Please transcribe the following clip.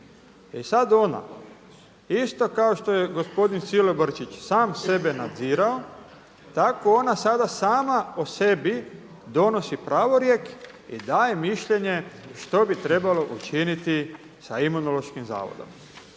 I sad ona, isto kao što je gospodin Silobrčić sam sebe nadzirao, tako ona sada sama o sebi donosi pravorijek i daje mišljenje što bi trebalo učiniti sa Imunološkim zavodom.